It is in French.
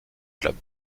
club